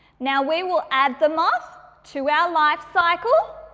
now, we will add the moth to our life cycle.